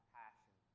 passion